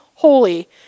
holy